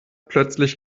plötzlich